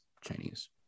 Chinese